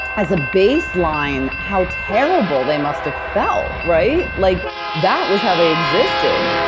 as a baseline, how terrible they must've felt, right? like that was how they existed.